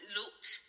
looked